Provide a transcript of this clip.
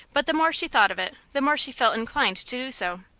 but the more she thought of it the more she felt inclined to do so.